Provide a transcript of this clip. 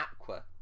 Aqua